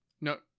No